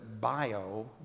bio